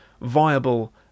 viable